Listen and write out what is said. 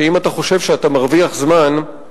שאם אתה חושב שאתה מרוויח זמן,